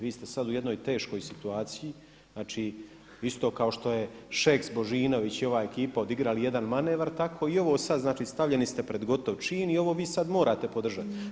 Vi ste sada u jednoj teškoj situaciji, znači isto kao što je Šeks, Božinović i ova ekipa odigrali jedan manevar, tako i ovo sada, znači stavljeni ste pred gotov čin i ovo vi sada morate podržati.